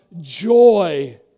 joy